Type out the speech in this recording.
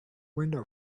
window